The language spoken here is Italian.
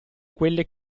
quelle